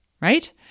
right